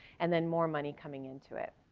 and then more money coming into it.